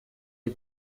est